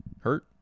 Hurt